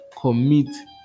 commit